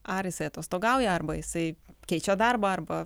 ar jisai atostogauja arba jisai keičia darbą arba